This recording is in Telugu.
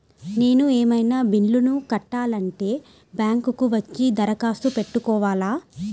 నేను ఏమన్నా బిల్లును కట్టాలి అంటే బ్యాంకు కు వచ్చి దరఖాస్తు పెట్టుకోవాలా?